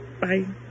Bye